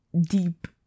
deep